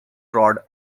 rod